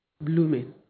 blooming